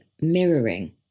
mirroring